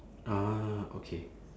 ah okay